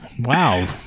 Wow